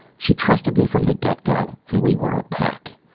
she trusted me from the get-go. and we were a pack.